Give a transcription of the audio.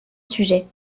sujet